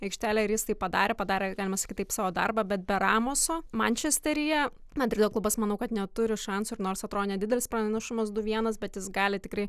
aikštelę ir jis tai padarė padarė galima sakyt taip savo darbą bet be ramuso mančesteryje madrido klubas manau kad neturi šansų ir nors atrodė didelis pranašumas du vienas bet jis gali tikrai